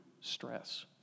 stress